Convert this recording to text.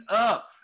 up